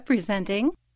Presenting